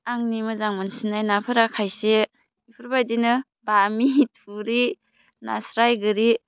आंनि मोजां मोनसिन्नाय नाफोरा खायसे बेफोरबादिनो बामि थुरि नास्राइ गोरि